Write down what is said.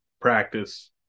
practice